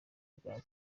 bwo